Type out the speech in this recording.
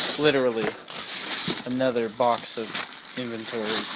literally another box of inventory